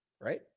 Right